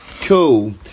Cool